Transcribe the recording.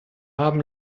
haben